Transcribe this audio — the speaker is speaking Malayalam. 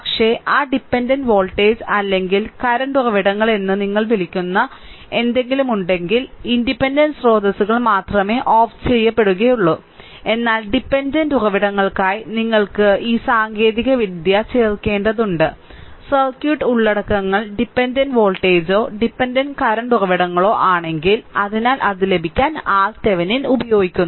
പക്ഷേ ആ ഡിപെൻഡന്റ് വോൾട്ടേജ് അല്ലെങ്കിൽ കറന്റ് ഉറവിടങ്ങൾ എന്ന് നിങ്ങൾ വിളിക്കുന്ന എന്തെങ്കിലും ഉണ്ടെങ്കിൽ ഇൻഡിപെൻഡന്റ് സ്രോതസ്സുകൾ മാത്രമേ ഓഫ് ചെയ്യപ്പെടുകയുള്ളൂ എന്നാൽ ഡിപെൻഡന്റ് ഉറവിടങ്ങൾക്കായി നിങ്ങൾ ഈ സാങ്കേതികവിദ്യ ചേർക്കേണ്ടതുണ്ട് സർക്യൂട്ട് ഉള്ളടക്കങ്ങൾ ഡിപെൻഡന്റ് വോൾട്ടേജോ ഡിപെൻഡന്റ് കറന്റ് ഉറവിടങ്ങളോ ആണെങ്കിൽ അതിനാൽ അത് ലഭിക്കാൻ RThevenin ഉപയോഗിക്കുന്നു